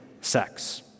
Sex